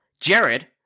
Jared